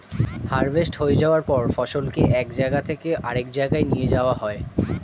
harvest হয়ে যাওয়ার পর ফসলকে এক জায়গা থেকে আরেক জায়গায় নিয়ে যাওয়া হয়